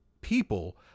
people